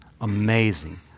Amazing